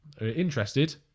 Interested